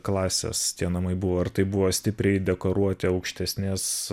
klasės tie namai buvo ar tai buvo stipriai dekoruoti aukštesnės